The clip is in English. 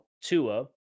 Tua